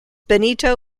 benito